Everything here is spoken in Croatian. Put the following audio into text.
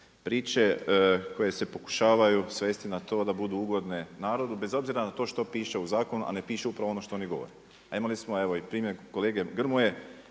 priče koje se pokušavaju svesti na to da budu ugodne narodu bez obzira na to što piše u zakonu, a ne piše upravo ono što oni govore. A imali smo evo i primjer kolege Grmoje